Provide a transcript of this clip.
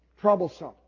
Troublesome